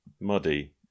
muddy